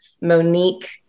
Monique